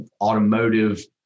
automotive